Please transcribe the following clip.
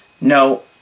No